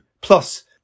Plus